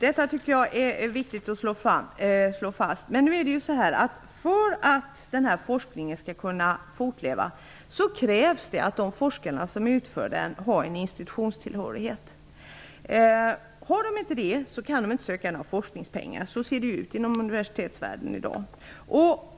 Detta är viktigt att slå fast, men för att denna forskning skall kunna fortleva krävs det att de forskare som utför den har en institutionstillhörighet. Om de inte har det kan de inte söka några forskningspengar. Så ser det ut i universitetsvärlden i dag.